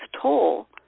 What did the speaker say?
toll